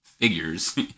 figures